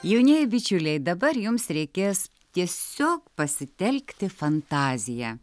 jaunieji bičiuliai dabar jums reikės tiesiog pasitelkti fantaziją